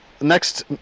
next